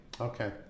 Okay